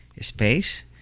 space